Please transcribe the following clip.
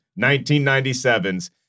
1997's